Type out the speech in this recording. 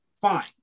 fine